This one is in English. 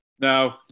No